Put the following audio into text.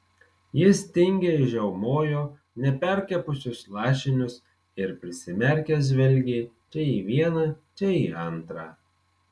jis tingiai žiaumojo neperkepusius lašinius ir prisimerkęs žvelgė čia į vieną čia į antrą